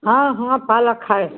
हाँ हाँ पालक है